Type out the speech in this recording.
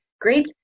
great